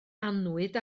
annwyd